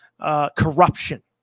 corruption